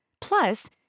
Plus